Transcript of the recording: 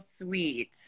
sweet